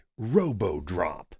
Robodrop